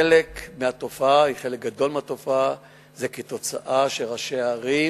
חלק גדול מהתופעה זה כתוצאה מכך שראשי הערים